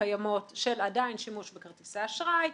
קיימות של עדיין שימוש בכרטיסי אשראי,